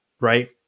right